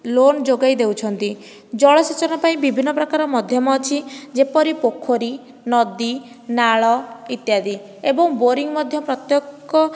loan ଯୋଗେଇ ଦେଉଛନ୍ତି ଜଳସେଚନ ପାଇଁ ବିଭିନ୍ନ ପ୍ରକାର ମଧ୍ୟମ ଅଛି ଯେପରି ପୋଖରୀ ନଦୀ ନାଳ ଇତ୍ୟାଦି ଏବଂ ବୋରିଂ ମଧ୍ୟ ପ୍ରତ୍ୟେକ